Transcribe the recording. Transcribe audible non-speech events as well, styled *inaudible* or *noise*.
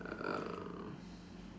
uh *breath*